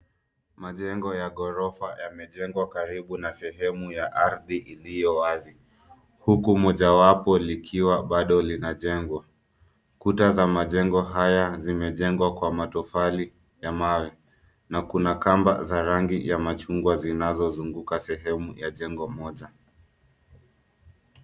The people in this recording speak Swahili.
Majengo ya ghorofa yamejengwa karibu na sehemu ya ardhi iliyo wazi huku mojawapo likiwa bado linajengwa. Kuta za majengo haya zimejengwa kwa matofali na mawe. Na kuna kamba za rangi ya machungwa zinazozunguka sehemu ya jengo moja.